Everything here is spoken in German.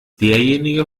derjenige